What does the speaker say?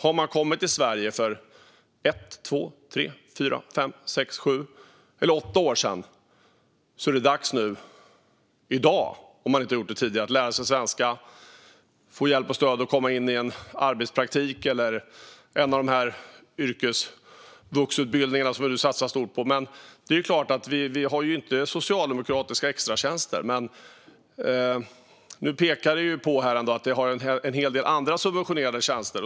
Om man kom till Sverige för ett, två, tre, fyra, fem, sex, sju eller åtta år sedan är det dags att i dag, om man inte har gjort det tidigare, lära sig svenska och få hjälp och stöd att komma in i arbetspraktik eller yrkesvuxutbildning, som det nu satsas stort på. Det finns inte socialdemokratiska extratjänster, men nu har det pekats på att det finns en hel del andra subventionerade tjänster.